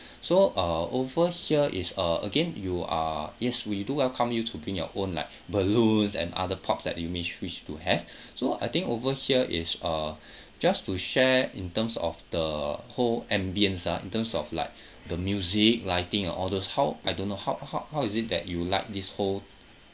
so uh over here is uh again you are yes we do welcome you to bring your own like balloons and other props like you may wish to have so I think over here is uh just to share in terms of the whole ambiance ah in terms of like the music lighting and all those how I don't know how how how is it that you like this whole